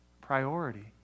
priority